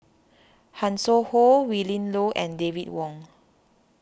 Hanson Ho Willin Low and David Wong